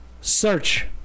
Search